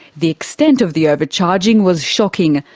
the extent of the overcharging was shocking,